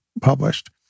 published